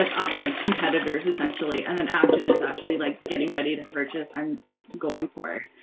like up against competitors essentially and then action is actually like getting ready to purchase. i'm going for it.